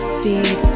feed